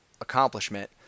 accomplishment